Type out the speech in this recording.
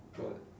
what